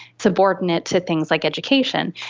subordinate to things like education.